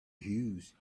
huge